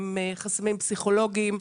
הם חסמים פסיכולוגים,